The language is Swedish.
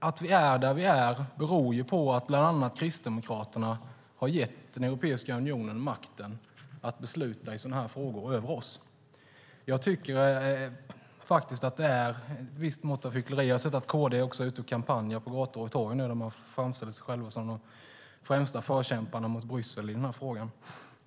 Att vi är där vi är beror ju på att bland andra Kristdemokraterna har gett Europeiska unionen makten att besluta i sådana frågor över oss. Jag tycker faktiskt att detta är ett visst mått av hyckleri. Jag har också sett att KD nu är ute och kampanjar på gator och torg. De framställer sig själva som de främsta förkämparna mot Bryssel i denna fråga.